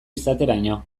izateraino